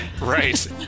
Right